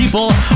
People